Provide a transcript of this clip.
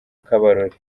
kabarore